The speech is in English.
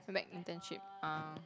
make internship ah